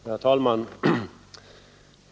Herr talman!